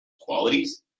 qualities